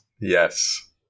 Yes